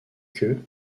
que